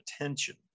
attention